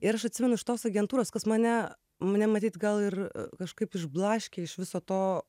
ir aš atsimenu iš tos agentūros kas mane mane matyt gal ir kažkaip išblaškė iš viso to